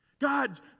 God